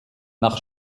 nach